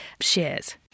shares